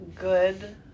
good